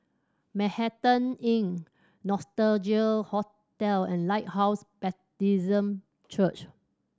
Manhattan Inn Nostalgia Hotel and Lighthouse Baptist Church